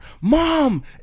Mom